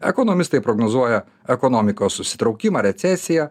ekonomistai prognozuoja ekonomikos susitraukimą recesiją